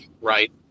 right